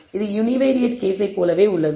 இது யுனிவேரியேட் கேஸை போல உள்ளது